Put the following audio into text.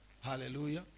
Hallelujah